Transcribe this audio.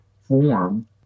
form